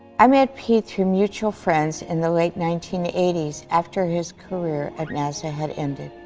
i met pete through mutual friends in the late nineteen eighty s after his career at nasa had ended.